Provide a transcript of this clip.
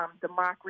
democracy